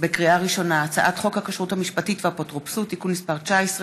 בקריאה ראשונה הצעת חוק הכשרות המשפטית והאפוטרופסות (תיקון מס' 19,